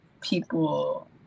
people